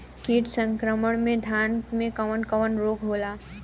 कीट संक्रमण से धान में कवन कवन रोग होला?